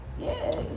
Yes